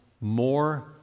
more